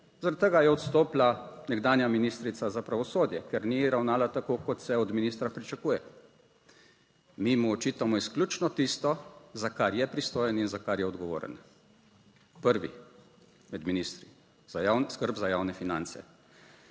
Zaradi tega je odstopila nekdanja ministrica za pravosodje, ker ni ravnala tako kot se od ministra pričakuje. Mi mu očitamo izključno tisto, za kar je pristojen in za kar je odgovoren, prvi med ministri, za skrb za javne finance.